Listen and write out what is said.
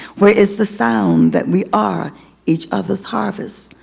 where is the sound that we are each other's harvest?